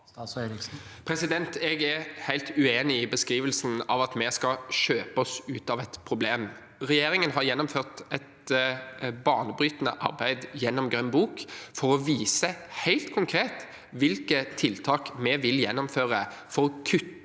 Jeg er helt uenig i beskrivelsen av at vi skal kjøpe oss ut av et problem. Regjeringen har gjennomført et banebrytende arbeid gjennom Grønn bok for å vise helt konkret hvilke tiltak vi vil gjennomføre for å kutte